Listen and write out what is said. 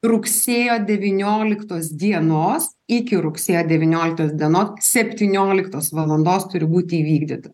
rugsėjo devynioliktos dienos iki rugsėjo devynioliktos dienos septynioliktos valandos turi būti įvykdyta